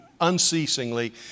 unceasingly